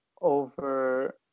over